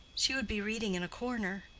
she would be reading in a corner.